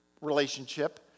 relationship